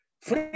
free